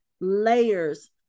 layers